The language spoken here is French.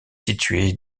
situé